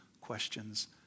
questions